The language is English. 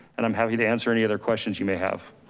and i'm happy to answer any other questions you may have